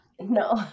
No